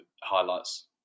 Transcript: highlights